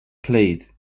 played